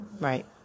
Right